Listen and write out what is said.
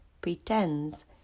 pretends